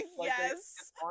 Yes